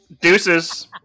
Deuces